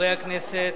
חברי הכנסת,